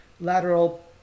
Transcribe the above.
lateral